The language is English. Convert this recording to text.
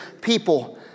people